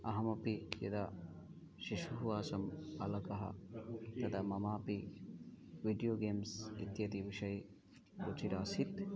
अहमपि यदा शिशुवासं पालकः तदा ममापि वीडियो गेम्स् इत्यदिविषये रुचिरासीत्